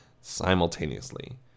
simultaneously